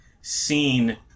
seen